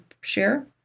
share